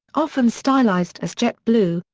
often stylized as jetblue,